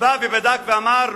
שבא ובדק ואמר: